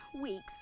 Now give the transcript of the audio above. weeks